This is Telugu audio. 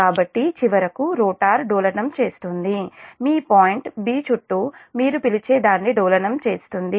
కాబట్టి చివరకు రోటర్ డోలనం చేస్తుంది మీ పాయింట్ 'b' చుట్టూ మీరు పిలిచే దాన్ని డోలనం చేస్తుంది